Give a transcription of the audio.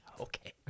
Okay